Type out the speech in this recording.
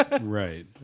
Right